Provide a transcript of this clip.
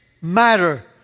matter